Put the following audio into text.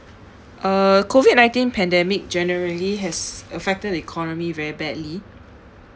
uh COVID nineteen pandemic generally has affected economy very badly